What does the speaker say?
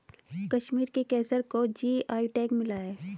कश्मीर के केसर को जी.आई टैग मिला है